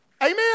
Amen